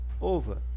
over